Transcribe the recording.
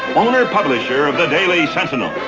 owner publisher of the daily sentinel.